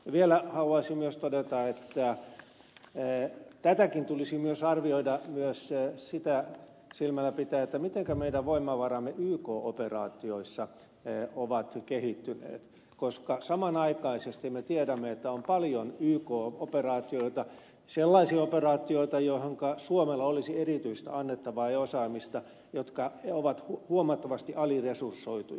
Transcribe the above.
vielä haluaisin myös todeta että tätäkin tulisi myös arvioida sitä silmällä pitäen mitenkä meidän voimavaramme yk operaatioissa ovat kehittyneet koska samanaikaisesti me tiedämme että on paljon sellaisia yk operaatioita joihinka suomella olisi erityistä annettavaa ja osaamista ja jotka ovat huomattavasti aliresursoituja